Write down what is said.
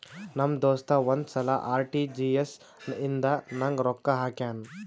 ನಮ್ ದೋಸ್ತ ಒಂದ್ ಸಲಾ ಆರ್.ಟಿ.ಜಿ.ಎಸ್ ಇಂದ ನಂಗ್ ರೊಕ್ಕಾ ಹಾಕ್ಯಾನ್